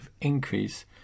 increase